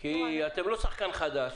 זמן כי אתם לא שחקן חדש.